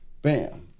Bam